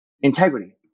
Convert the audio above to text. integrity